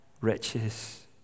riches